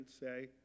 say